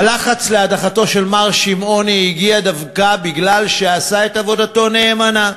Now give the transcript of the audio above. הלחץ להדחתו של מר שמעוני הגיע דווקא משום שעשה את עבודתו נאמנה,